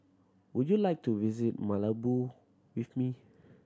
would you like to visit Malabo with me